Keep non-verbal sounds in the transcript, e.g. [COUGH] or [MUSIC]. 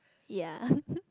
ya [LAUGHS]